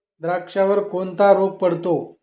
द्राक्षावर कोणता रोग पडतो?